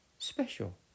special